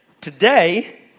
today